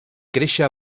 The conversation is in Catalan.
créixer